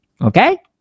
Okay